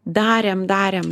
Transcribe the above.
darėm darėm